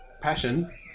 passion